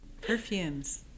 perfumes